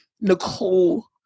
Nicole